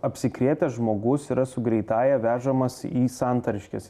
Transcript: apsikrėtęs žmogus yra su greitąja vežamas į santariškes